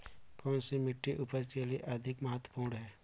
कौन सी मिट्टी उपज के लिए अधिक महत्वपूर्ण है?